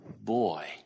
boy